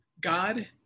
God